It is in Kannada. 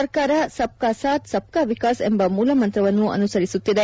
ಸರ್ಕಾರ ಸಬ್ ಕಾ ಸಾಥ್ ಸಬ್ ಕಾ ವಿಕಾಸ್ ಎಂಬ ಮೂಲಮಂತ್ರವನ್ನು ಅನುಸರಿಸುತ್ತಿದೆ